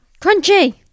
Crunchy